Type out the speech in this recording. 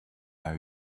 how